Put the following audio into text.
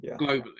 globally